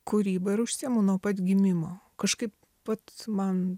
kūryba ir užsiimu nuo pat gimimo kažkaip vat man